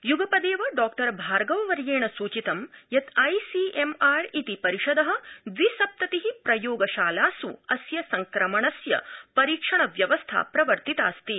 युगपदेव डॉ भार्गववर्येण सूचितं यत् आईसीएम्आर इति परिषद द्वि सप्तति प्रयोगशालासु अस्य संक्रमण परीक्षणस्य व्यवस्था प्रवर्तितास्ति